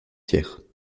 hier